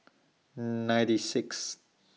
ninety Sixth